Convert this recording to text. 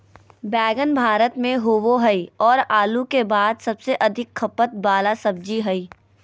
बैंगन भारत में होबो हइ और आलू के बाद सबसे अधिक खपत वाला सब्जी हइ